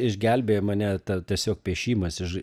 išgelbėjo mane tiesiog piešimas iš